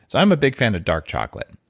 i'm a big fan of dark chocolate,